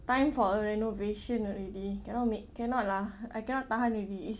time for a renovation already cannot make cannot lah I cannot tahan already is